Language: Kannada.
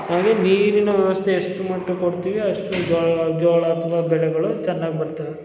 ಹಾಗೆ ನೀರಿನ ವ್ಯವಸ್ಥೆ ಎಷ್ಟ್ರ ಮಟ್ಟಗೆ ಕೊಡ್ತೀವಿ ಅಷ್ಟು ಜೋಳ ಜೋಳ ಅಥ್ವಾ ಬೆಳೆಗಳು ಚೆನ್ನಾಗಿ ಬರ್ತವೆ